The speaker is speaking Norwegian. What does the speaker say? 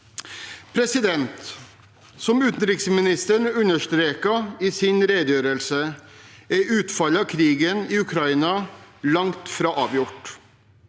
ny tid. Som utenriksministeren understreket i sin redegjørelse, er utfallet av krigen i Ukraina langt fra avgjort.